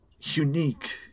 unique